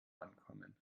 ankommen